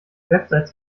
websites